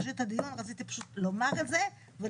רציתי פשוט לומר את זה.